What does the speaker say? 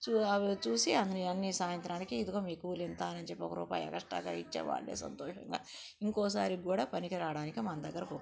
చూ అవి చూసి అందిని అన్నీ సాయంత్రానికి ఇదిగో మీ కూలింతా అని చెప్పి ఒక రూపాయి ఎక్స్ట్రాగా ఇచ్చేమంటే వాళ్ళే సంతోషంగా ఇంకోసారి కూడా పనికి రావడానికి మన దగ్గరకి ఒప్పుకుంటారు